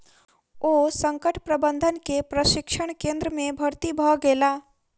ओ संकट प्रबंधन के प्रशिक्षण केंद्र में भर्ती भ गेला